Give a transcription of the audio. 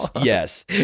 yes